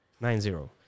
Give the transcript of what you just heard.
Nine-zero